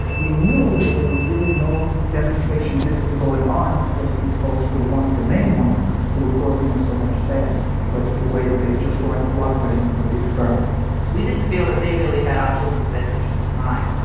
we knew that there was really no demonstration district going on because these folks were the ones the main ones who were causing us so much sadness because of the way that they just weren't cooperating with the experiment we didn't feel that they really had our children's best interests mind.